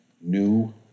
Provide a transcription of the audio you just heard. new